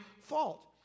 fault